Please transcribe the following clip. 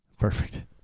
Perfect